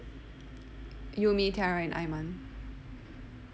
you me tiara and aiman